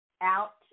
out